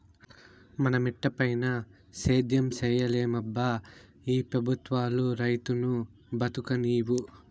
మన మిటపైన సేద్యం సేయలేమబ్బా ఈ పెబుత్వాలు రైతును బతుకనీవు